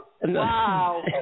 Wow